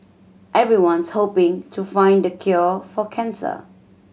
everyone's hoping to find the cure for cancer